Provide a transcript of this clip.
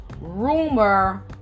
rumor